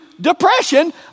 depression